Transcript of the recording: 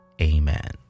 Amen